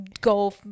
go